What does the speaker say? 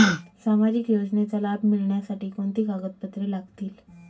सामाजिक योजनेचा लाभ मिळण्यासाठी कोणती कागदपत्रे लागतील?